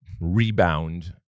rebound